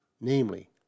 namely